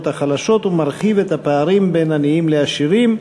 החלשות ומרחיב את הפערים בין עניים לעשירים.